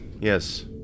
Yes